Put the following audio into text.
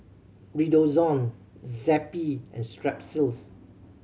Redoxon Zappy and Strepsils